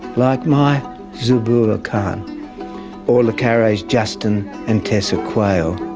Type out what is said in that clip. like my zabur kahn or le carre's justin and tessa quayle.